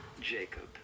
Jacob